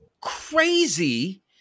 crazy